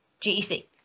GEC